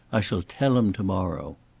i shall tell him to-morrow.